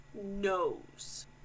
knows